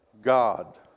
God